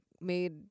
made